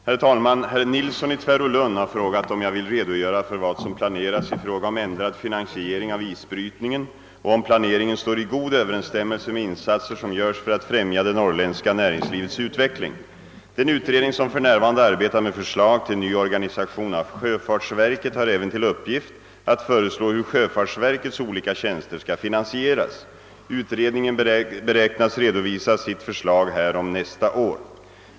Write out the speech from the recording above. Herr talman! Herr Nilsson i Tvärålund har frågat, om jag vill redogöra för vad som planeras i fråga om ändrad finansiering av isbrytningen och om planeringen står i god Ööverensstämmelse med insatser som görs för att främja det norrländska näringslivets utveckling. Den utredning som för närvarande arbetar med förslag till ny organisation av sjöfartsverket har även till uppgift att föreslå hur sjöfartsverkets olika tjänster skall finansieras. Utredningen beräknas redovisa sitt förslag härom nästa år.